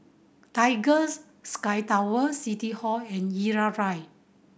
Tigers Sky Tower City Hall and Irau Drive